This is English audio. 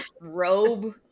robe